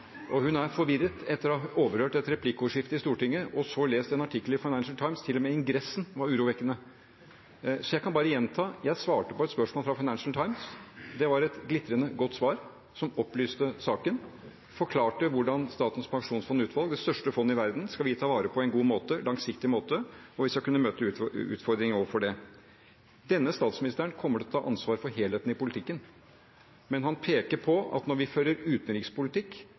og hun er forvirret etter å ha overhørt et replikkordskifte i Stortinget og så lest en artikkel i Financial Times, der til og med ingressen var urovekkende. Så jeg kan bare gjenta: Jeg svarte på et spørsmål fra Financial Times. Det var et glitrende godt svar som opplyste saken, som forklarte hvordan vi skal ta vare på Statens pensjonsfond utland, det største fondet i verden, på en god måte, på en langsiktig måte, og vi skal kunne møte utfordringer overfor det. Denne statsministeren kommer til å ta ansvar for helheten i politikken, men han peker på at når vi fører utenrikspolitikk,